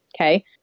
Okay